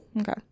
Okay